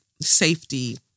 Safety